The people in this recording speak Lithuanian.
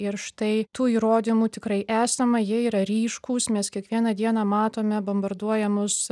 ir štai tų įrodymų tikrai esama jie yra ryškūs mes kiekvieną dieną matome bombarduojamus